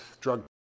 drug